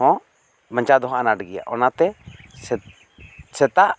ᱦᱚᱸ ᱵᱟᱧᱪᱟᱣ ᱫᱚᱦᱚ ᱟᱱᱟᱴ ᱜᱤᱭᱟ ᱚᱱᱟᱛᱮ ᱥᱮᱛᱟᱜ